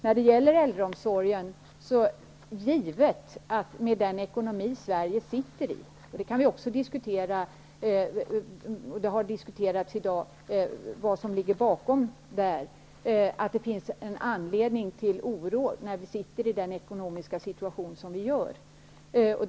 Beträffande äldreomsorgen är det givet att det med den ekonomi som Sverige nu har -- det har diskuterats i dag vad som ligger bakom den -- finns en anledning till oro.